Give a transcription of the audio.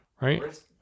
right